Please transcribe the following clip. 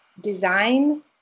design